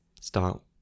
start